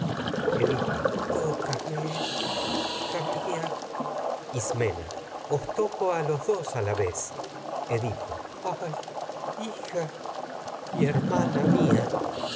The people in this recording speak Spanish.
grandes fatigas hija mía a edipo tócame os toco ismena los dos a la vez edipo ay hija y hermana mía